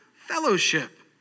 fellowship